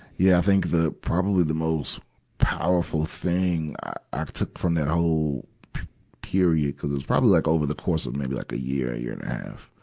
yeah, i think the, probably the most powerful thing i, i took from that whole period cuz it was probably like over the course of maybe like a year, year and a half